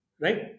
right